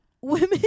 Women